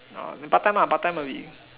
then part time ah part time worth it